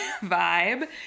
vibe